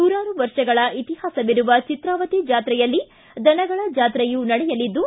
ನೂರಾರು ವರ್ಷಗಳ ಇತಿಹಾಸವಿರುವ ಚಿತ್ರಾವತಿ ಚಾತ್ರೆಯಲ್ಲಿ ದನಗಳ ಚಾತ್ರೆಯೂ ನಡೆಯಲಿದ್ದು